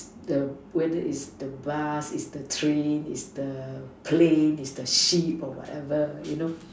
the whether is the bus is the train is the plane is the ship or whatever you know